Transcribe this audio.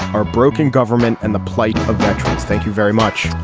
our broken government and the plight of veterans. thank you very much.